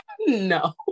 No